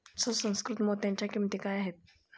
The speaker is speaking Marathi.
सुसंस्कृत मोत्यांच्या किंमती काय आहेत